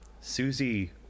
Susie